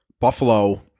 Buffalo